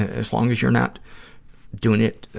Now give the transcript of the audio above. as long as you're not doing it,